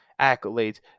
accolades